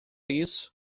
isso